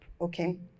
okay